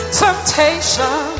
temptation